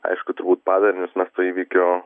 aišku turbūt padarinius mes to įvykio